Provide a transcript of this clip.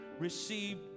received